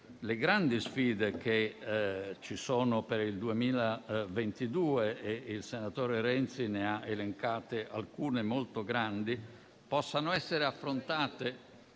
le grandi sfide che ci sono per il 2022 - il senatore Renzi ne ha elencate alcune molto grandi - possano essere affrontate